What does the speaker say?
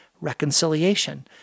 reconciliation